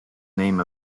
name